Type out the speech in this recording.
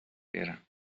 برم